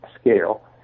scale